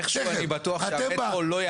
איכשהו אני בטוח שהמטרו לא יעמוד בלחץ.